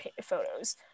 photos